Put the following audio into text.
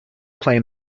claim